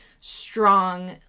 strong